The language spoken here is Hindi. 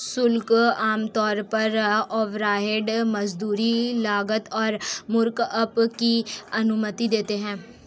शुल्क आमतौर पर ओवरहेड, मजदूरी, लागत और मार्कअप की अनुमति देते हैं